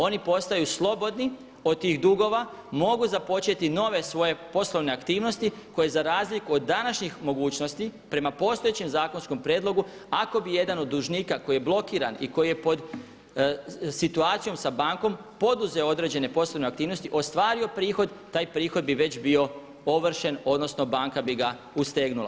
Oni postaju slobodni od tih dugova, mogu započeti nove svoje poslovne aktivnosti koje za razliku od današnjih mogućnosti prema postojećem zakonskom prijedlogu ako bi jedan od dužnika koji je blokiran i koji je pod situacijom sa bankom poduzeo određene poslovne aktivnosti, ostvario prihod, taj prihod bi već bio ovršen, odnosno banka bi ga ustegnula.